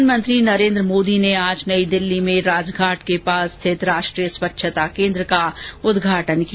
प्रधानमंत्री नरेन्द्र मोदी ने आज नई दिल्ली में राजघाट के पास स्थित राष्ट्रीय स्वच्छता केन्द्र का उद्घाटन किया